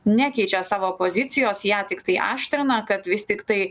nekeičia savo pozicijos ją tiktai aštrina kad vis tiktai